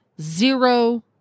zero